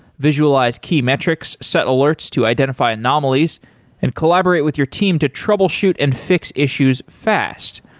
visualize key metrics, set alerts to identify anomalies and collaborate with your team to troubleshoot and fix issues fast.